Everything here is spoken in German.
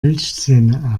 milchzähne